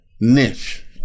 niche